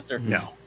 No